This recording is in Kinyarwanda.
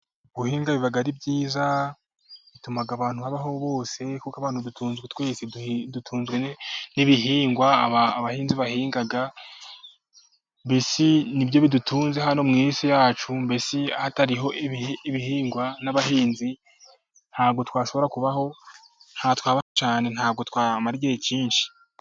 Guhinga biba ari byiza bituma abantu babaho bose, kuko abantu dutunzwe n'ibihingwa abahinzi bahinga, nibyo bi dutunze hano mu isi yacu mbese hatariho ibihingwa n'abahinzi, ntabwo twashobora kubaho ntabwo twabaho cyane, ntabwo twama igihe cyinshi.